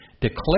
Declare